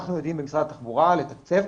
אנחנו יודעים במשרד התחבורה לתקצב,